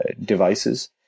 devices